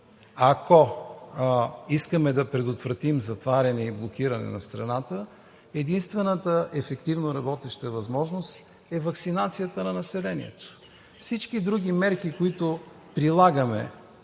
ако искаме да предотвратим затваряне и блокиране на страната, единствената ефективно работеща възможност е ваксинацията на населението. Всички други мерки, които прилагаме